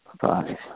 five